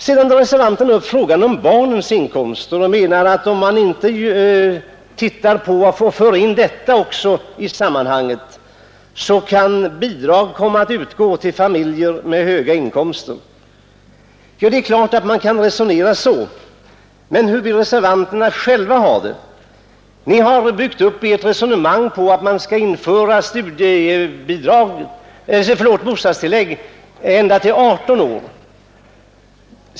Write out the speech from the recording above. Sedan drar reservanterna upp frågan om barns inkomster och menar att om man inte för in även dem i sammanhanget, kan bidrag komma att utgå till familjer med höga inkomster. Det är klart att man kan resonera så, men hur vill reservanterna själva ha det? Ni har byggt upp ert resonemang på att bostadstillägg skall införas för barn ända upp till 18 års ålder.